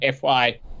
FY